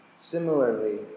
Similarly